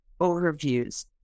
overviews